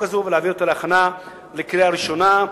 הזאת ולהעביר אותה להכנה לקריאה ראשונה,